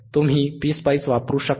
तुम्ही PSpice वापरू शकता